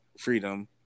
freedom